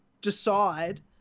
decide